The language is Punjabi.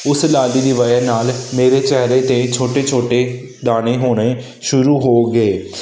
ਉਸ ਲਾਲੀ ਦੀ ਵਜ੍ਹਾ ਨਾਲ ਮੇਰੇ ਚਿਹਰੇ 'ਤੇ ਛੋਟੇ ਛੋਟੇ ਦਾਣੇ ਹੋਣੇ ਸ਼ੁਰੂ ਹੋ ਗਏ